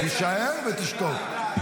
תישאר ותשתוק.